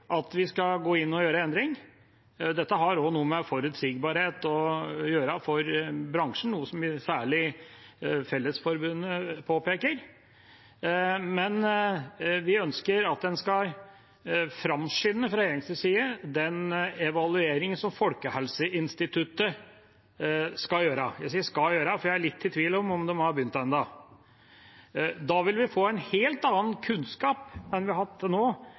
at vi skal gå inn og gjøre en endring. Det har også noe å gjøre med forutsigbarhet for bransjen, noe som særlig Fellesforbundet påpeker. Vi ønsker at en fra regjeringas side skal framskynde den evalueringen som Folkehelseinstituttet skal gjøre. Jeg sier «skal gjøre», for jeg er litt i tvil om de har begynt enda. Da vil vi få en helt annen kunnskap om hvordan denne ordningen fungerer enn vi har hatt til nå,